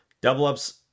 Double-up's